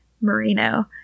Merino